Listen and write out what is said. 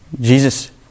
Jesus